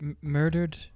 murdered